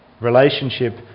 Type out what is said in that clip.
Relationship